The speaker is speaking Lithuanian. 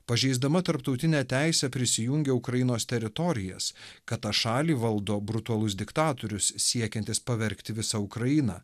pažeisdama tarptautinę teisę prisijungė ukrainos teritorijas kad tą šalį valdo brutalus diktatorius siekiantis pavergti visą ukrainą